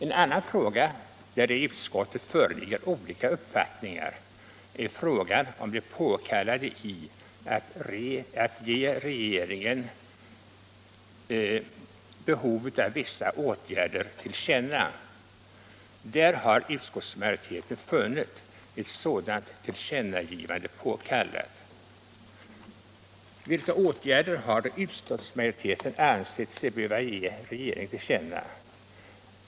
En annan fråga där det i utskottet föreligger olika uppfattningar gäller det påkallade i att ge regeringen till känna behov av vissa åtgärder. Där har utskottsmajoriteten funnit ett sådant tillkännagivande påkallat. Vilka åtgärder har då utskottsmajoriteten ansett sig böra ge regeringen till känna?